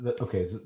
Okay